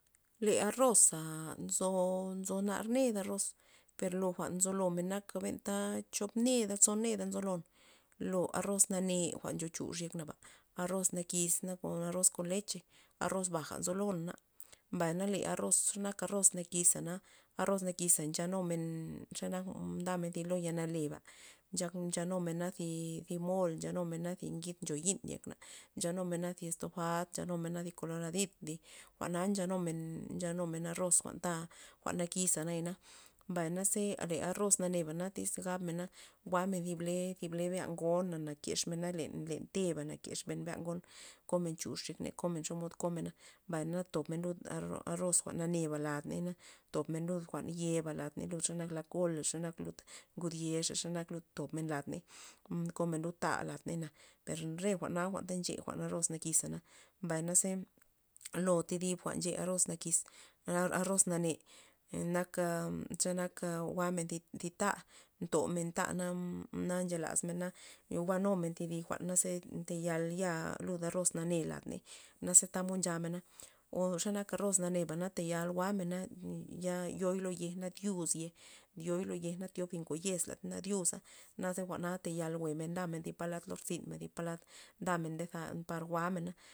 Le arroza nzo nzo nar ned arroz per lo jwa'n nzolomen nak benta chop neda tson neda ncholon, lo arroz nane' jwa'n ncho chux yek naba arroz nakis na kon arroz kon leche arroz baja nzolon, mbay na le arroz xe nak arroz nakisna arroz nikisa ncha numen xe nak ndamen thy lo ya naleba nchak nchanumena zi zi mol nchanumena thi ngid ncho yi'n yekna, nchanumena thy estofad nchanumena thi koloradit jwa'na nchanumen nchanumen arroz jwa'nta jwa'n nakisa nayana, mbay naze arroz naneba na tyz gab mena jwa'men thib le thi ble be'a ngona na kexmena len te'bana na kexmena be'a ngon komen chux yekney komen le xomod komena mbay na tobmena lud arroz jwa'n nane'ba ladney na tobmen lud jwa'n yeba lad ney lud xanak la kol xa nak lud mgud yexa xa nak lud tob ney lad ney am komen lud ta lad net per re jwa'na jwa'nta nche jwa'n arroz nakisa mbay na lo di bib nche arroz nakis rroz nane' nak a xa nak a jwa'men thi ta' ntomen ta' na na nche lazmen na jwa'numena thi di jwa'n ze ndeyal ya lud arroz nane ladney naze tamod nchamena o xa nak arroz nane ba tayal jwa'mena ta yoo lo yej ndyuz yej yo lo yej na thi ngo yezna na diuza naze jwa'na tayal jwe'mena thi palad lo or zyn men polad nde zamen par jwa'men.